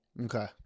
Okay